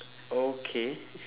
okay